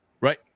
right